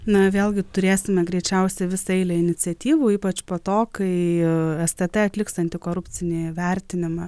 na vėlgi turėsime greičiausią visą eilę iniciatyvų ypač po to kai stt atliktą antikorupcinį vertinimą